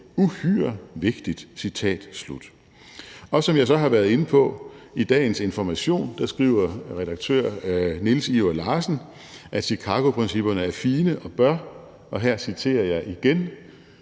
»uhyre vigtigt«. Og som jeg så har været inde på i dagens Information, skriver redaktør Niels Ivar Larsen, at Chicagoprincipperne er fine og bør, og jeg citerer jeg igen,